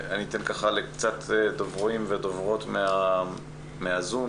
אני אתן לכמה דוברים ודוברות מהזום.